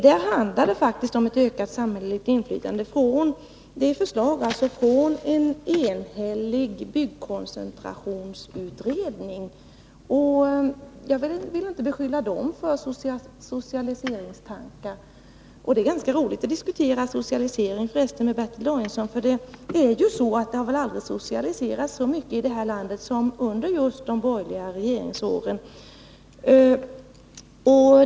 Det handlade faktiskt om ett ökat samhälleligt inflytande i förslaget från en enhällig byggkoncentrationsutredning. Jag vill inte beskylla den för socialiseringstankar. Det är förresten ganska roligt att diskutera socialisering med Bertil Danielsson, för det har väl aldrig socialiserats så mycket i det här landet som just under de borgerliga regeringsåren.